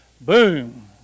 boom